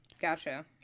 gotcha